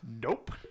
Nope